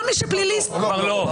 כל מי ש"פליליסט" --- כבר לא.